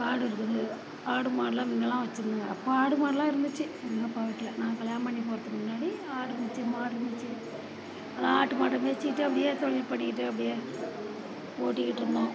காடு இருக்குது ஆடு மாடெலாம் முன்னலாம் வச்சுருந்தாங்க அப்போது ஆடு மாடெலாம் இருந்துச்சு எங்கள் அப்பா வீட்டில் நான் கல்யாணம் பண்ணி போகிறத்துக்கு முன்னாடி ஆடு இருந்துச்சு மாடு இருந்துச்சு நல்லா ஆட்டு மாட்டை மேய்ச்சிட்டு அப்படியே தொழில் பண்ணிக்கிட்டு அப்படியே ஓட்டிக்கிட்டு இருந்தோம்